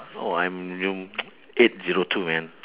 oh I'm in eight zero two man